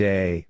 Day